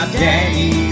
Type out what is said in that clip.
daddy